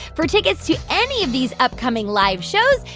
for tickets to any of these upcoming live shows,